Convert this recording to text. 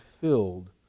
filled